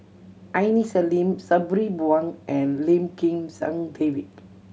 Aini Salim Sabri Buang and Lim Kim San David